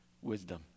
wisdom